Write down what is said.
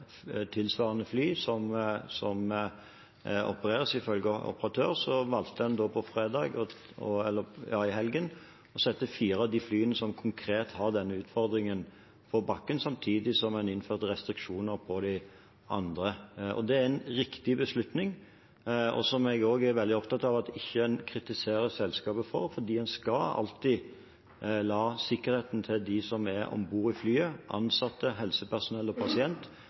tilsvarende fly som opereres, valgte en i helgen å sette fire av de flyene som konkret har denne utfordringen, på bakken, samtidig som en innførte restriksjoner på de andre. Det er en riktig beslutning som jeg er veldig opptatt av at en ikke kritiserer selskapet for, for en skal alltid la sikkerheten til dem som er om bord i flyet – ansatte, helsepersonell og pasient